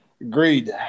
Agreed